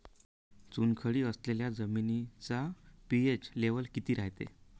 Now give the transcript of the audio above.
चुनखडी असलेल्या जमिनीचा पी.एच लेव्हल किती रायते?